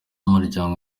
umuryango